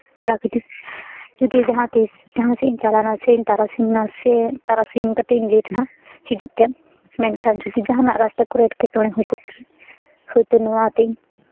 ᱠᱚᱨᱟᱣ ᱠᱤᱫᱤᱧ ᱡᱩᱫᱤ ᱡᱟᱦᱟᱸ ᱛᱤᱸᱥ ᱡᱟᱦᱟᱸ ᱥᱮᱜ ᱤᱧ ᱪᱟᱞᱟᱣᱱᱟ ᱥᱮᱧ ᱛᱟᱨᱟᱥᱤᱧᱱᱟ ᱥᱮ ᱛᱟᱨᱟᱥᱤᱧ ᱠᱟᱹᱴᱤᱡ ᱤᱧ ᱞᱮᱴ ᱱᱟ ᱦᱤᱡᱩᱜ ᱛᱮ ᱢᱮᱱᱠᱷᱟᱱ ᱡᱩᱫᱤ ᱡᱟᱦᱟᱱᱟᱜ ᱨᱟᱥᱛᱟ ᱠᱚᱨᱮ ᱮᱸᱴᱠᱮᱴᱚᱬᱮ ᱦᱩᱭ ᱠᱚᱜ ᱠᱮᱭᱟ ᱦᱚᱭᱛᱳ ᱱᱚᱣᱟᱛᱤᱧ